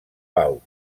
pau